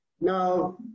Now